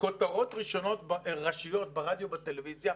כותרות ראשיות ברדיו ובטלוויזיה.